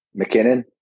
McKinnon